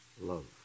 love